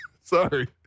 sorry